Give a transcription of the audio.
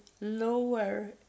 lower